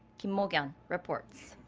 kim mok-yeon reports.